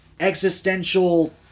existential